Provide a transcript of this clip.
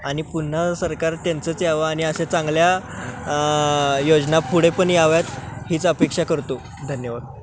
आणि पुन्हा सरकार त्यांचंच यावं आणि अशा चांगल्या योजना पुढे पण याव्यात हीच अपेक्षा करतो धन्यवाद